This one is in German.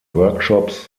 workshops